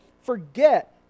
forget